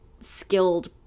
skilled